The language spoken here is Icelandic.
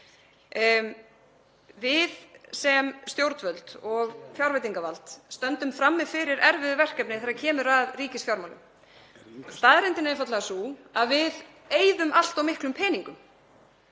Við sem stjórnvöld og fjárveitingavald stöndum frammi fyrir erfiðu verkefni þegar kemur að ríkisfjármálum. Staðreyndin er einfaldlega sú að við eyðum allt of miklum peningum.